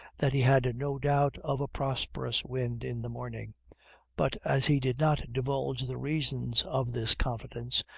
that he had no doubt of a prosperous wind in the morning but as he did not divulge the reasons of this confidence,